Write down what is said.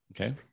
Okay